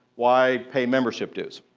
why pay membership dues?